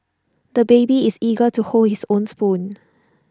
the baby is eager to hold his own spoon